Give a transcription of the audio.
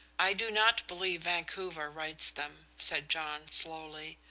i do not believe vancouver writes them, said john, slowly.